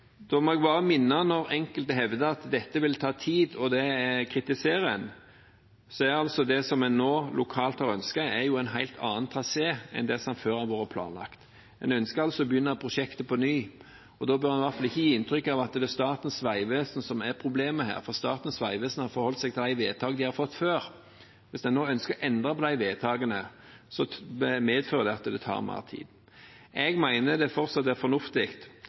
da bør man i hvert fall ikke gi inntrykk av at det er Statens vegvesen som er problemet, for Statens vegvesen har forholdt seg til de vedtak som er gjort før. Hvis man nå ønsker å endre på de vedtakene, medfører det at det tar mer tid. Jeg mener det fortsatt er fornuftig